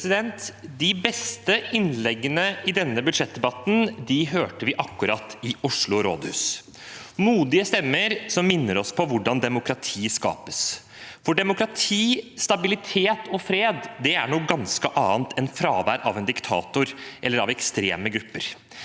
De beste innlegge- ne i denne budsjettdebatten hørte vi akkurat i Oslo rådhus – modige stemmer som minnet oss på hvordan demokrati skapes. For demokrati, stabilitet og fred er noe ganske annet enn fravær av en diktator eller ekstreme grupper.